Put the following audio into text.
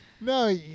No